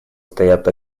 стоят